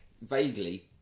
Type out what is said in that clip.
vaguely